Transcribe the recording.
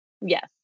Yes